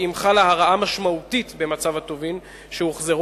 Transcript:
כי אם חלה הרעה משמעותית במצב הטובין שהוחזרו,